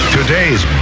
Today's